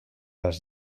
les